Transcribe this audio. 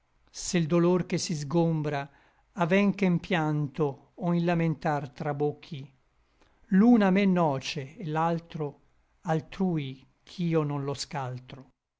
se l dolor che si sgombra aven che n pianto o in lamentar trabocchi l'un a me nòce et l'altro altrui ch'io non lo scaltro